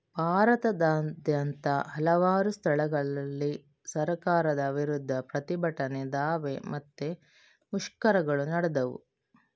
ಭಾರತದಾದ್ಯಂತ ಹಲವಾರು ಸ್ಥಳಗಳಲ್ಲಿ ಸರ್ಕಾರದ ವಿರುದ್ಧ ಪ್ರತಿಭಟನೆ, ದಾವೆ ಮತ್ತೆ ಮುಷ್ಕರಗಳು ನಡೆದವು